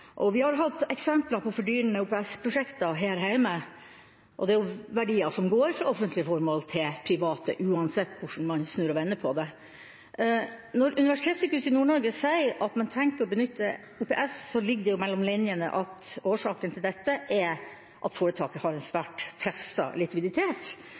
Vi har hatt eksempler på fordyrende OPS-prosjekter her hjemme, og det er verdier som går fra offentlige formål til private, uansett hvordan man snur og vender på det. Når Universitetssykehuset Nord-Norge sier at man har tenkt å benytte OPS, ligger det mellom linjene at årsaken til dette er at foretaket har en